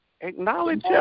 acknowledge